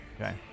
okay